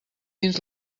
dins